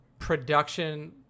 production